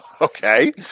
Okay